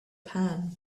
pan